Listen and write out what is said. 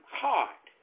heart